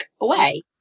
away